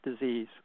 disease